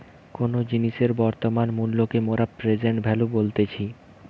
কোনো জিনিসের বর্তমান মূল্যকে মোরা প্রেসেন্ট ভ্যালু বলতেছি